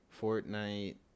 Fortnite